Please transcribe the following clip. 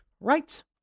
right